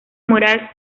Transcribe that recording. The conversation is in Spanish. moral